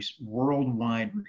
worldwide